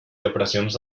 depressions